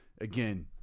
again